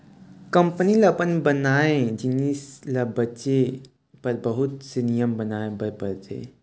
company ल अपन बनाए जिनिस ल बेचे बर बहुत से नियम बनाए बर परथे